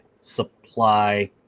Supply